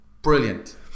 Brilliant